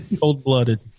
cold-blooded